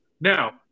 now